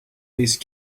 these